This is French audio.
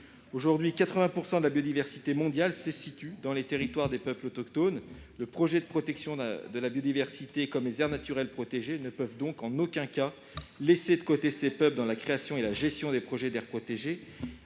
Aujourd'hui, 80 % de la biodiversité mondiale se situe dans les territoires des peuples autochtones. Les projets de protection de la biodiversité, comme les aires naturelles protégées, ne peuvent donc, en aucun cas, laisser de côté ces peuples dans la création et la gestion des projets d'aires protégées,